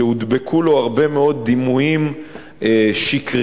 שהודבקו לו הרבה מאוד דימויים שקריים,